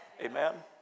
Amen